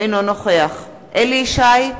אינו נוכח אליהו ישי,